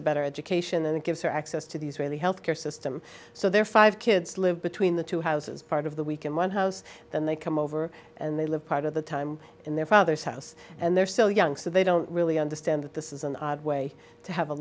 a better education and gives her access to the israeli health care system so their five kids live between the two houses part of the week in one house then they come over and they live part of the time in their father's house and they're so young so they don't really understand that this is an odd way to have a